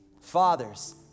Fathers